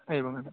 एवमेव